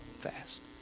fast